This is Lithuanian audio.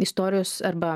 istorijos arba